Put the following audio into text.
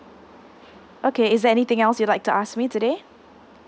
okay is there anything else you'd like to ask me today